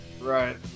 Right